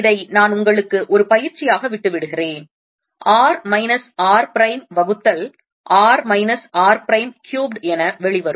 இதை நான் உங்களுக்கு ஒரு பயிற்சியாக விட்டுவிடுகிறேன் r மைனஸ் r பிரைம் வகுத்தல் r minus r prime cubed என வெளிவரும்